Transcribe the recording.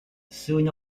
soon